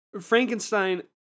Frankenstein